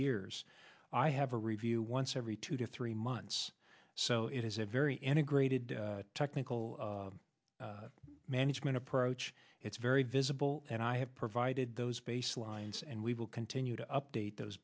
years i have a review once every two to three months so it is a very integrated technical management approach it's very visible and i have provided those baselines and we will continue to update those